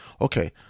Okay